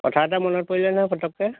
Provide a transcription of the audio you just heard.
কথা এটা মনত পৰিলে নহয় পটককৈ